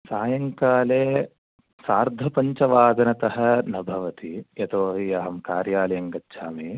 सायंकाले सार्धपञ्चवादनतः न भवति यतोऽहि अहं कार्यालयं गच्छामि